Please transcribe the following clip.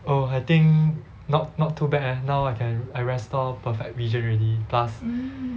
oh I think not not too bad eh now I can I restore perfect vision already plus